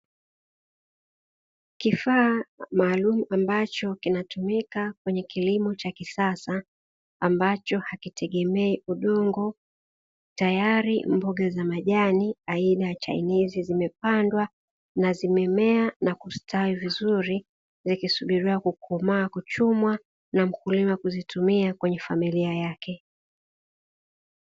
Kifaa maalumu ambacho kinatumika kwenye kilimo cha kisasa ambacho hakitegemei udongo, tayari mboga za majani aina ya chainizi zimepandwa na zimemea na kustawi vizuri zikisubiriwa kukomaa, kuchumwa wakulima kuzitumia kwenye familia yake.